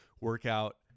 workout